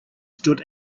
stood